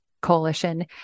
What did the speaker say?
Coalition